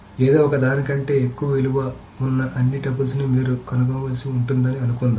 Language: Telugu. ఏదో ఒకదాని కంటే ఎక్కువ విలువ ఉన్న అన్ని టపుల్స్ని మీరు కనుగొనవలసి ఉంటుందని అనుకుందాం